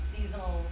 seasonal